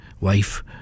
wife